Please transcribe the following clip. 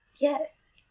yes